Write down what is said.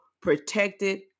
protected